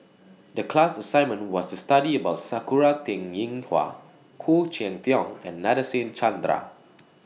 The class assignment was to study about Sakura Teng Ying Hua Khoo Cheng Tiong and Nadasen Chandra